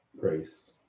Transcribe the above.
Grace